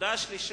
הנקודה השלישית,